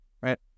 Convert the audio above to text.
Right